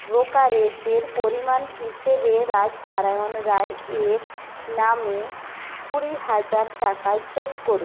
ব্রোকারেজের পরিমাণ হিসেবে রাজনারায়ণ রায় এর নামে কুড়ি হাজার টাকা যোগ করুন